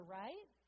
right